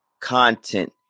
content